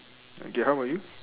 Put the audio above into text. okay how about you